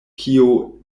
kio